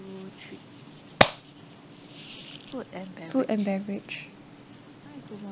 food and beverage